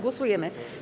Głosujemy.